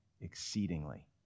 exceedingly